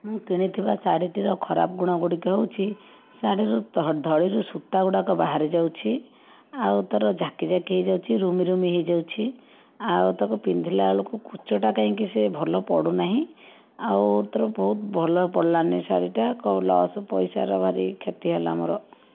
ମୁଁ କିଣିଥିବା ଶାଢ଼ୀଟିର ଖରାପ ଗୁଣଗୁଡ଼ିକ ହେଉଛି ଶାଢ଼ୀରୁ ଧଡ଼ିଧଡ଼ିରୁ ସୂତାଗୁଡ଼ିକ ବାହାରିଯାଉଛି ଆଉ ତା'ର ଜାକି ଜାକି ହୋଇଯାଉଛି ରୁମି ରୁମି ହୋଇଯାଉଛି ଆଉ ତାକୁ ପିନ୍ଧିଲା ବେଳକୁ କୁଞ୍ଚଟା କାହିଁକି ସେ ଭଲ ପଡ଼ୁନାହିଁ ଆଉ ତା'ର ବହୁତ ଭଲ ପଡ଼ିଲାନାହିଁ ଶାଢ଼ୀଟା କେଉଁ ଲସ୍ ପଇସାର ଭାରି କ୍ଷତି ହେଲା ମୋର